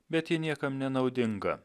bet ji niekam nenaudinga